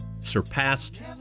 surpassed